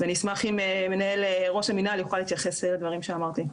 ואני אשמח אם מנהל ראש המנהל יוכל להתייחס לדברים שאמרתי.